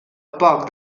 poc